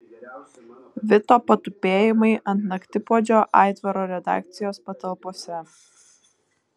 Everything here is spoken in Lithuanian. vito patupėjimai ant naktipuodžio aitvaro redakcijos patalpose